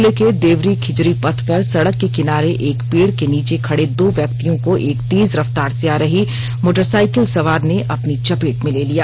जिले के देवरी खिजरी पथ पर सड़क के किनारे एक पेड़ के नीचे खड़े दो व्यक्तियों को एक तेज रफ्तार से आ रही एक मोटरसाइकिल सवार ने अपनी चपेट में ले लिया